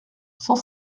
cent